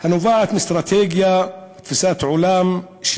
הנובעת מאסטרטגיה ותפיסת עולם של